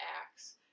acts